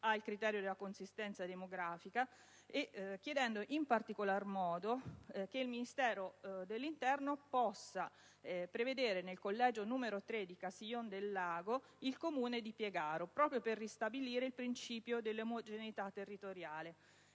al criterio della consistenza demografica, chiedendo in particolar modo che il Ministero dell'interno possa prevedere nel collegio n. 3 di Castiglion del Lago il Comune di Piegaro, proprio per ristabilire il principio della omogeneità territoriale.